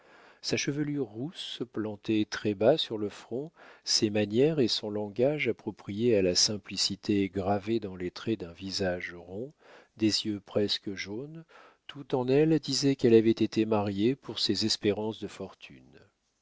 sa chevelure rousse plantée très-bas sur le front ses manières et son langage approprié à la simplicité gravée dans les traits d'un visage rond des yeux presque jaunes tout en elle disait qu'elle avait été mariée pour ses espérances de fortune